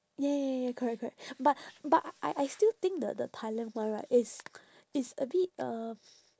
ya ya ya ya correct correct but but I I still think the the thailand one right is is a bit um